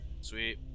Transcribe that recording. Sweet